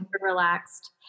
relaxed